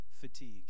fatigue